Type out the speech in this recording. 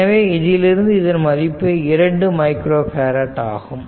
எனவே இதிலிருந்து இதன் மதிப்பு 2 மைக்ரோ பேரட் ஆகும்